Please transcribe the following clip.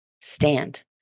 stand